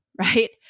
right